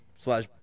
slash